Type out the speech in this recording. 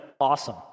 awesome